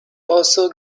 also